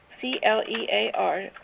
c-l-e-a-r